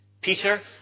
Peter